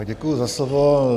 Děkuji za slovo.